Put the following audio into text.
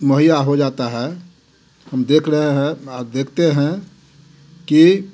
मुहैया हो जाता है हम देख रहे हैं देखते हैं कि